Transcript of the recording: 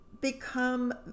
become